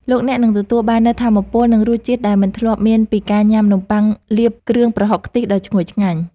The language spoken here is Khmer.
លោកអ្នកនឹងទទួលបាននូវថាមពលនិងរសជាតិដែលមិនធ្លាប់មានពីការញ៉ាំនំប៉័ងលាបគ្រឿងប្រហុកខ្ទិះដ៏ឈ្ងុយឆ្ងាញ់។